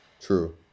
true